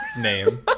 name